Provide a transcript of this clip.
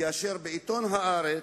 כאשר בעיתון "הארץ"